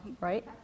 right